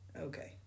Okay